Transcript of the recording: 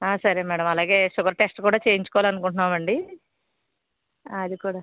సరే మేడం అలాగే sugar test కూడా చేయించుకోవాలని అనుకుంటున్నామండి అది కూడా